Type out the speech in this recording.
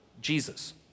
Jesus